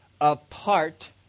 apart